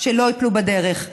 שלא ייפלו בדרך.